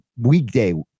weekday